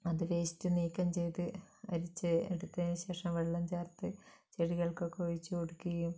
അത് വേസ്റ്റ് നീക്കം ചെയ്ത് അരിച്ച് എടുത്തതിന് ശേഷം വെള്ളം ചേർത്ത് ചെടികൾക്കൊക്കെ ഒഴിച്ച് കൊടുക്കുകയും